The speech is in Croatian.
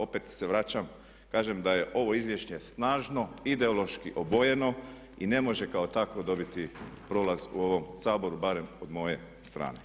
Opet se vraćam i kažem da je ovo izvješće snažno ideološki obojano i ne može kao takvo dobiti prolaz u ovom Saboru barem od moje strane.